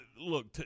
look